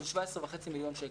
של 17.5 מיליון שקל.